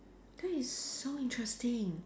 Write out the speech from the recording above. that is so interesting